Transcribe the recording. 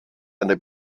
eine